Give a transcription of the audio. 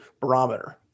barometer